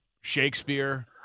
Shakespeare